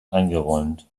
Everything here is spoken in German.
eingeräumt